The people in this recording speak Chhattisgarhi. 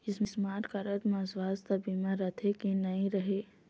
स्मार्ट कारड म सुवास्थ बीमा रथे की नई रहे?